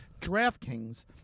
DraftKings